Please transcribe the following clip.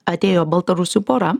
atėjo baltarusių pora